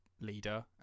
leader